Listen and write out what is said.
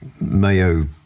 Mayo